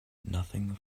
nothing